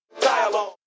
Dialogue